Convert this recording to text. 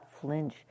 flinch